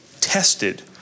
tested